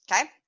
Okay